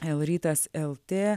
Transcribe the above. lrytas lt